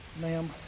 ma'am